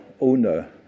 owner